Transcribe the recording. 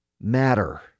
matter